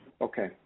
Okay